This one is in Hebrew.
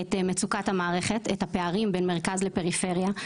התמחתה ברפואה פנימית בבית חולים פריפריאלי,